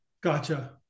Gotcha